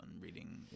reading